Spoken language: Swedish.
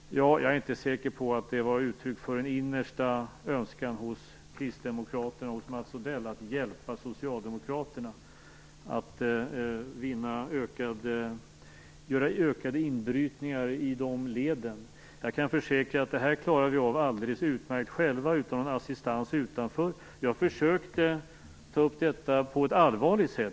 Jag är inte säker på att det var ett uttryck för en innersta önskan hos Kristdemokraterna och Mats Odell att hjälpa Socialdemokraterna att göra ökade inbrytningar i dessa led. Jag kan försäkra att vi klarar av det alldeles utmärkt själva utan någon assistans utifrån. Jag försökte ta upp detta på ett allvarligt sätt.